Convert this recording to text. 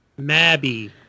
Mabby